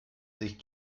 sich